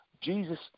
Jesus